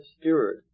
steward